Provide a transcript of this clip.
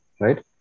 right